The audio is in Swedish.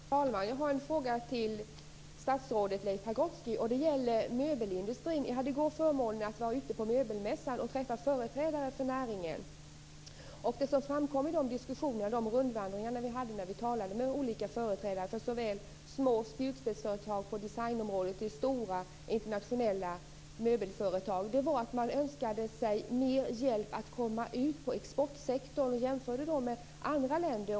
Fru talman! Jag har en fråga till statsrådet Leif Pagrotsky. Den gäller möbelindustrin. Jag hade i går förmånen att vara på möbelmässan och träffa företrädare för näringen. Vid rundvandringen och diskussionerna med de olika företrädarna av såväl små spjutspetsföretag på designområdet som stora internationella möbelföretag framkom att de önskade få hjälp att komma ut på exportsektorn. De jämförde med andra länder.